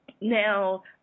Now